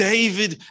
David